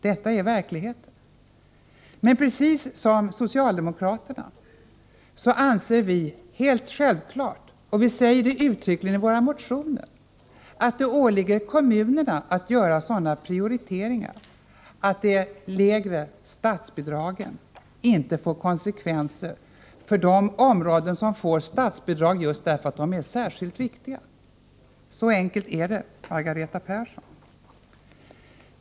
Detta är verkligheten. Precis som socialdemokraterna anser vi — det är självklart och vi säger det uttryckligen i våra motioner — att det åligger kommunerna att göra sådana prioriteringar att de lägre statsbidragen inte får konsekvenser för de områden som får statsbidrag just därför att de är särskilt viktiga. Så enkelt är det, Margareta Persson.